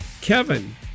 kevin